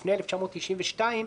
לפני 1992,